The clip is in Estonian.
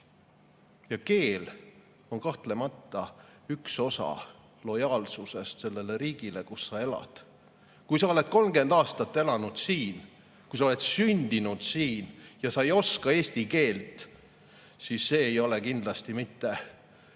Ja keel on kahtlemata üks osa lojaalsusest sellele riigile, kus sa elad. Kui sa oled 30 aastat elanud siin, kui sa oled sündinud siin ja sa ei oska eesti keelt, siis see ei ole kindlasti mitte